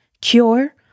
cure